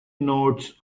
notes